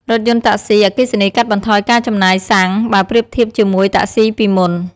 រថយន្ត តាក់សុី អគ្គិសនីកាត់បន្ថយការចំណាយសាំង បើប្រៀបធៀបជាមួយ តាក់សុីពីមុន។